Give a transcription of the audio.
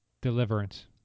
deliverance